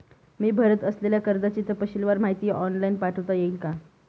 मी भरत असलेल्या कर्जाची तपशीलवार माहिती ऑनलाइन पाठवता येईल का?